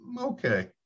okay